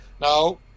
Now